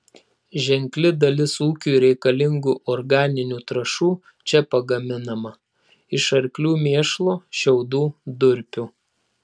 ženkli dalis ūkiui reikalingų organinių trąšų čia pagaminama iš arklių mėšlo šiaudų durpių